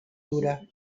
dura